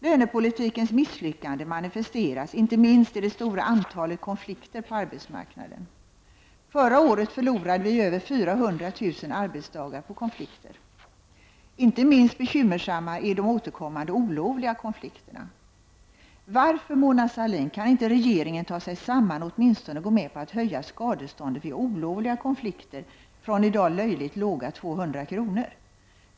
Lönepolitikens misslyckande manifesteras inte minst i det stora antalet konflikter på arbetsmarknaden. Förra året förlorade vi över 400 000 arbetsdagar på konflikter. Inte minst bekymmersamma är de återkommande olovliga konflikterna. Varför, Mona Sahlin, kan inte regeringen ta sig samman och åtminstone gå med på att höja skadeståndet vid olovliga konflikter från i dag löjligt låga 200 kr.?